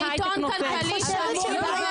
כי זה עיתון כלכלי, והוא אמור